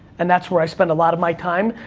and that's where i spend a lot of my time,